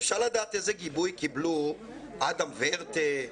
אפשר לדעת איזה גיבוי קיבלו אדם ורטה,